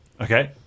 Okay